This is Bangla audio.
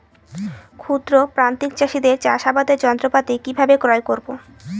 ক্ষুদ্র প্রান্তিক চাষীদের চাষাবাদের যন্ত্রপাতি কিভাবে ক্রয় করব?